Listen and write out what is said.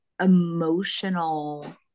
emotional